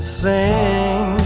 sing